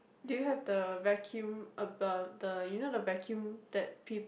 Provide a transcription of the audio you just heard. do you have the vacuum about the you know the vacuum that peop~